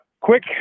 quick